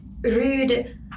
rude